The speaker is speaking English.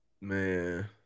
Man